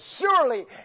surely